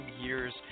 years